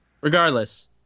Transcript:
regardless